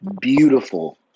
beautiful